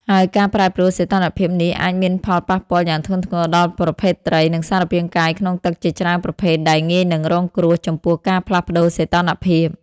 ហើយ ការប្រែប្រួលសីតុណ្ហភាពនេះអាចមានផលប៉ះពាល់យ៉ាងធ្ងន់ធ្ងរដល់ប្រភេទត្រី និងសារពាង្គកាយក្នុងទឹកជាច្រើនប្រភេទដែល ងាយនឹងរងគ្រោះ ចំពោះការផ្លាស់ប្តូរសីតុណ្ហភាព។